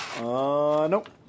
nope